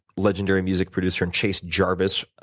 legendary music producer, and chase jarvis,